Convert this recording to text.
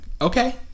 Okay